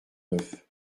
neuf